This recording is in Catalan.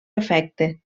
afecte